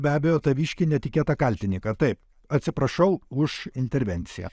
be abejo taviškį netikėtą kaltini kad taip atsiprašau už intervenciją